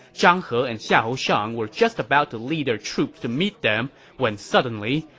zhang he and xiahou shang were just about to lead their troops to meet them when suddenly,